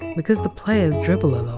because the players dribble a lot.